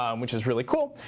um which is really cool.